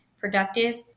productive